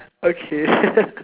okay